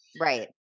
Right